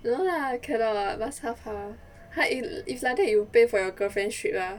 no lah cannot lah must half half !huh! if like that you pay for your girlfriend's trip lah